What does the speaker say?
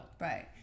Right